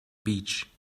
beach